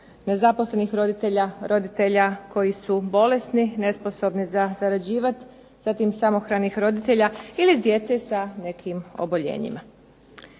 nezaposlenih roditelja, roditelja koji su bolesni, nesposobni za zarađivati, zatim samohranih roditelja ili djece sa nekim oboljenjima.